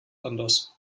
anders